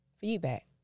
feedback